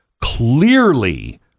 clearly